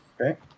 Okay